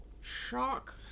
Shock